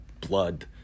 blood